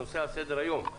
הנושא על סדר היום: